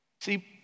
see